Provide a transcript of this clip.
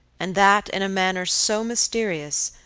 and that in a manner so mysterious,